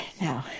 no